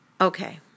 okay